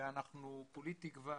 וכולי תקווה